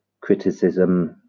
criticism